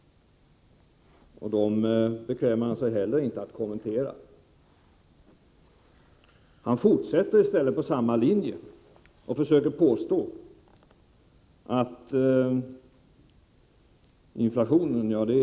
Dem bekvämar han sig heller inte att kommentera. I stället fortsätter han efter samma linje och försöker påstå att inflationen sjunker.